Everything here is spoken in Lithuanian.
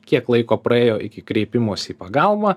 kiek laiko praėjo iki kreipimosi į pagalbą